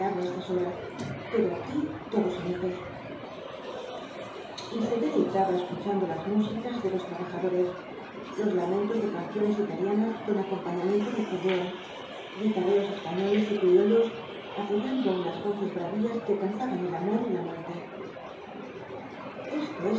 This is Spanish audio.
estas horas pero aquí todos amigos y se deleitaba escuchando las músicas de los trabajadores lamentos de canciones italianas con acompañamiento de acordeón guitarreos españoles y criollos apoyando á unas voces bravias que cantaban el amor y la muerte esto